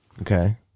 Okay